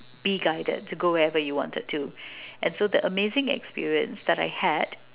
be guided to go wherever you wanted to and so that amazing experience that I had